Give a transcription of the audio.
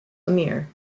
amir